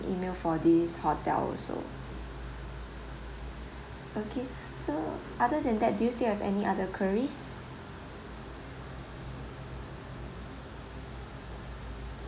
email for this hotel also okay so other than that do you still have any other queries